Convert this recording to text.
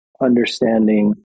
understanding